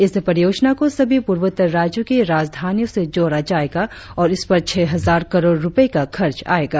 इस परियोजना को सभी पूर्वोत्तर राज्यो की राजधानियो से जोड़ा जाएगा और इस पर छह हजार करोड़ रुपए का खर्च आएगा